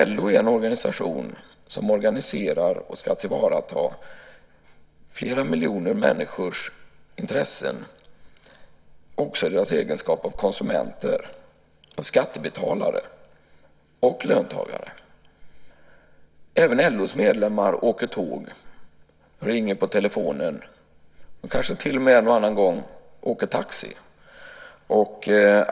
LO är en sammanslutning som organiserar och ska tillvarata flera miljoner människors intressen också i deras egenskap av konsumenter, skattebetalare och löntagare. Även LO:s medlemmar åker tåg, talar i telefon och kanske till och med en och annan gång åker taxi.